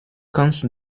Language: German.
kannst